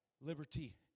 liberty